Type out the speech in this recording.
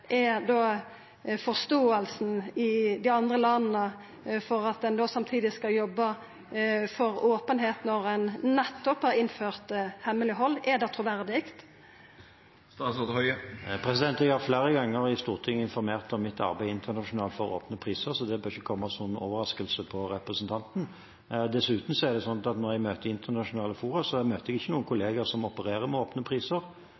er da forståinga i dei andre landa for at ein samtidig skal jobba for openheit, når ein nettopp har innført hemmeleghald? Er det truverdig? Jeg har flere ganger i Stortinget informert om mitt arbeid internasjonalt for åpne priser, så det bør ikke komme som noen overraskelse på representanten. Dessuten er det slik at når jeg møter i internasjonale fora, møter jeg ikke noen kolleger som opererer med åpne priser.